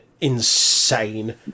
insane